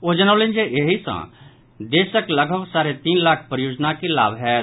ओ जनौलनि जे एहि सॅ देशक लगभग साढ़े तीन लाख परियोजना के लाभ होयत